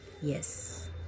yes